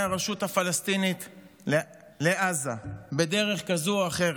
הרשות הפלסטינית לעזה בדרך כזאת או אחרת: